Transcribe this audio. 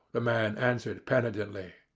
the man answered penitently,